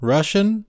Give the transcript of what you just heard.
Russian